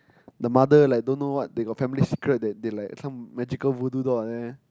the mother like don't know what they got family secret that they like some magical voodoo doll like that eh